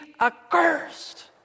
accursed